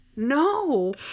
No